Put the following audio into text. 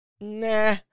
Nah